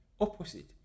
opposite